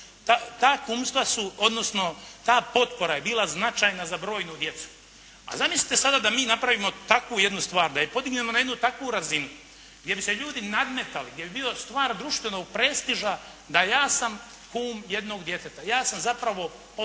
Ta kumstva su, odnosno ta potpora je bila značajna za brojnu djecu. A zamislite sada da mi napravimo takvu jednu stvar, da ju podignemo na jednu takvu razinu gdje bi se ljudi nadmetali, gdje bi bilo stvar društvenog prestiža da ja sam kum jednog djeteta. Ja sam zapravo podupiratelj